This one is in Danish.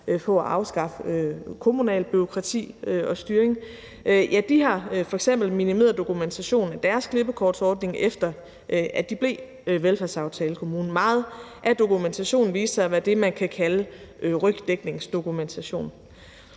på at afskaffe kommunalt bureaukrati og styring, har f.eks. minimeret dokumentationen af deres klippekortsordning, efter at de blev velfærdsaftalekommune. Meget af dokumentationen viste sig at være det, man kan kalde rygdækningsdokumentation.